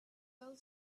well